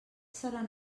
seran